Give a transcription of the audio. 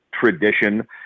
tradition